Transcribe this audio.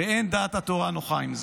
שאין דעת התורה נוחה עם זה.